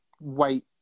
wait